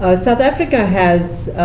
ah south africa has